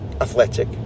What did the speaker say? Athletic